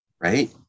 Right